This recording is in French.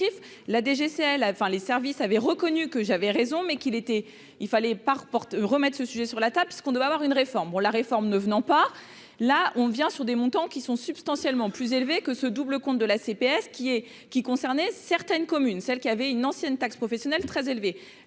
la DGCL enfin les services avait reconnu que j'avais raison mais qu'il était il fallait par porte remettent ce sujet sur la table ce qu'on doit avoir une réforme pour la réforme ne venant pas, là on vient sur des montants qui sont substantiellement plus élevé que ce double compte de la CPS qui est qui concernait certaines communes, celles qui avait une ancienne taxe professionnelle très élevé,